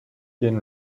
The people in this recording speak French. gagne